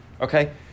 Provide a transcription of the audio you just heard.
okay